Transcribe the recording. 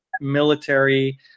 military